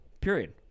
Period